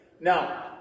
Now